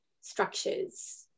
structures